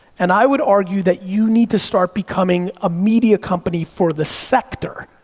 and i would argue that you need to start becoming a media company for the sector,